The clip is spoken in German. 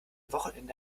wochenende